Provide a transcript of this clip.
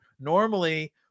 normally